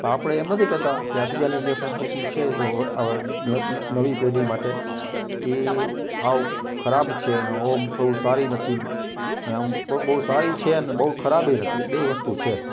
પણ આપણે એમ નથી કહેતા કે અત્યારની જે સંસ્કૃતિ છે એ જ નવી પેઢી માટે એ સાવ ખરાબ છે અને એમ શું સારી નથી અને બહુ સારી છે ને બહુ ખરાબે નથી બેય વસ્તુ છે